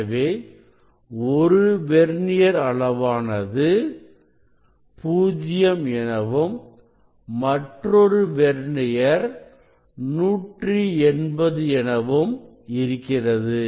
எனவே ஒரு வெர்னியர் அளவானது 0 எனவும் மற்றொரு வெர்னியர் 180 எனவும் இருக்கிறது